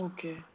Okay